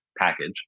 package